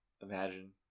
imagine